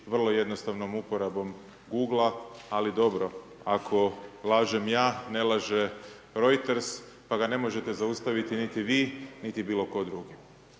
vrlo jednostavnom uporabom Google-a ali dobro, ako lažem ja, Reuters pa da ne možete zaustaviti niti vi niti bilo tko drugi.